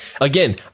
Again